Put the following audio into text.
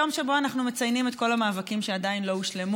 זה יום שבו אנחנו מציינים את כל המאבקים שעדיין לא הושלמו,